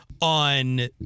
on